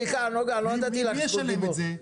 מי משלם את זה?